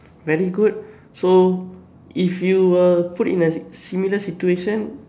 very good so if you were put in a similar situation